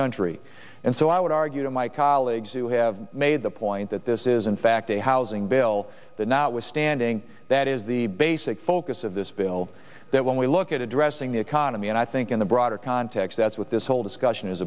country and so i would argue to my colleagues who have made the point that this is in fact a housing bill that notwithstanding that is the basic focus of this bill that when we look at addressing the economy and i think in the broader context that's what this whole discussion is